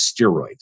steroids